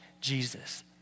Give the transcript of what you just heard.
Jesus